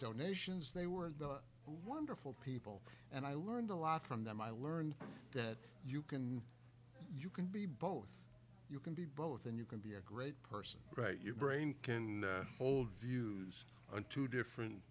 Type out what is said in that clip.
donations they were the wonderful people and i learned a lot from them i learned that you can you can be both you can be both and you can be a great person great your brain can hold views on two different